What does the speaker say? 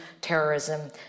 terrorism